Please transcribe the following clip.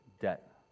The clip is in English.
debt